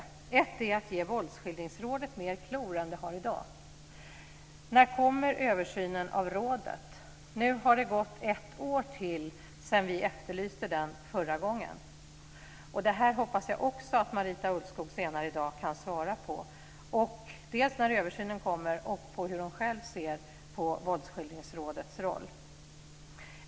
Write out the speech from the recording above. En åtgärd är att ge Våldsskildringsrådet mer klor än vad det har i dag. När kommer översynen av rådet? Nu har det gått ytterligare ett år sedan vi förra gången efterlyste denna översyn. Det här hoppas jag också att Marita Ulvskog senare i dag kan ge besked om, alltså dels när översynen kommer, dels hur hon själv ser på Våldsskildringsrådets roll.